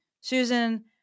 Susan